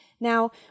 Now